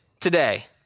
today